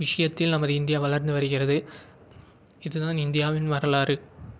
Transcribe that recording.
விஷயத்தில் நமது இந்தியா வளர்ந்து வருகிறது இது தான் இந்தியாவின் வரலாறு